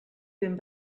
ben